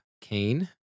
Cain